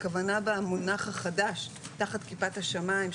הכוונה במונח החדש תחת כיפת השמיים,